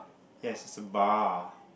yes it's a bar